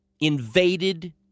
invaded